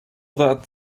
that